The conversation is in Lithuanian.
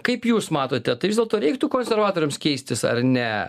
kaip jūs matote tai vis dėlto reiktų konservatoriams keistis ar ne